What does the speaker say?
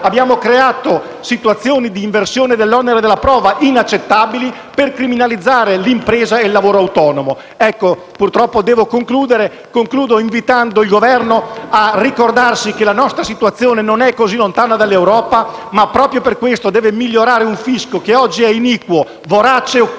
abbiamo creato situazioni di inversione dell'onere della prova inaccettabili per criminalizzare l'impresa e il lavoro autonomo. Concludo invitando il Governo a ricordarsi che la nostra situazione non è così lontana dall'Europa, ma proprio per questo, deve migliorare un fisco che oggi è iniquo, vorace e occulto.